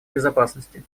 безопасности